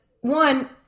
one